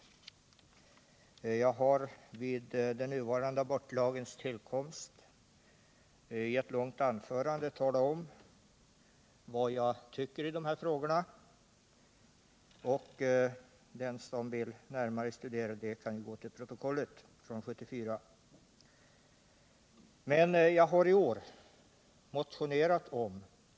I samband med den nuvarande abortlagens tillkomst har jag i ett långt anförande talat om vad jag tycker i de här frågorna. Den som vill närmare studera det kan således gå till protokollet från 1974.